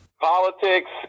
politics